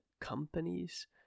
companies